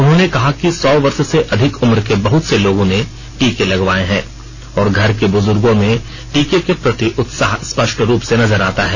उन्होंने कहा कि सौ वर्ष से अधिक उम्र के बहुत से लोगों ने टीके लगवाये हैं और घर के बुजुर्गों में टीके के प्रति उत्साह स्पष्ट रूप से नजर आता है